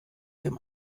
dem